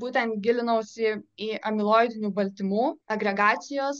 būtent gilinausi į amiloidinių baltymų agregacijos